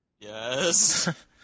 Yes